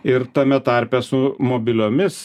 ir tame tarpe su mobiliomis